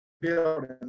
building